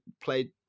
played